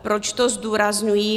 Proč to zdůrazňuji?